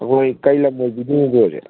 ꯑꯩꯈꯣꯏ ꯀꯔꯤ ꯂꯝ ꯑꯣꯏꯕꯤꯗꯣꯏꯅꯣ ꯕ꯭ꯔꯣꯁꯦ